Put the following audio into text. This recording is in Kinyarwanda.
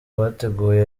bateguye